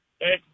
Hey